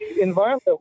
environment